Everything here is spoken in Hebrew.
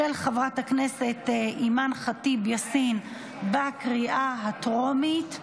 של חברת הכנסת אימאן ח'טיב יאסין, לקריאה הטרומית.